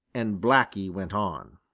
and blacky went on.